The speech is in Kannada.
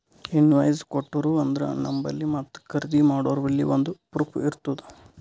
ಇನ್ವಾಯ್ಸ್ ಕೊಟ್ಟೂರು ಅಂದ್ರ ನಂಬಲ್ಲಿ ಮತ್ತ ಖರ್ದಿ ಮಾಡೋರ್ಬಲ್ಲಿ ಒಂದ್ ಪ್ರೂಫ್ ಇರ್ತುದ್